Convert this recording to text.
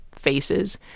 faces